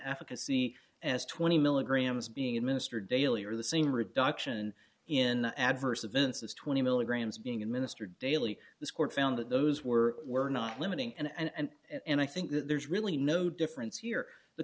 advocacy as twenty milligrams being administered daily or the same reduction in adverse events as twenty milligrams being administered daily this court found that those were were not limiting and i think that there's really no difference here the